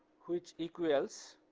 which equals